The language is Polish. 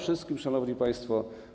Szanowni Państwo!